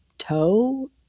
toe